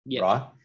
right